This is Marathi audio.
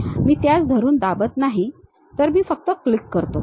मी त्यास धरून दाबत नाही तर मी फक्त क्लिक करतो